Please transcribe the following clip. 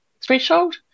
threshold